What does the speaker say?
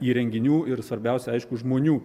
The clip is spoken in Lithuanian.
įrenginių ir svarbiausia aišku žmonių